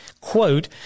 quote